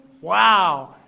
wow